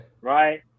right